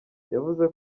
yavuze